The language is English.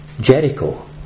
Jericho